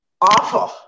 awful